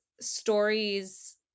stories